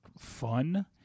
fun